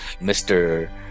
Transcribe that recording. Mr